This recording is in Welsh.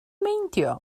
meindio